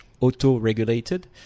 auto-regulated